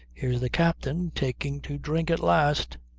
here's the captain taking to drink at last